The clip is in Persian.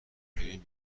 ببین